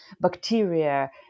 bacteria